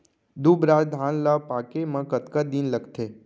दुबराज धान ला पके मा कतका दिन लगथे?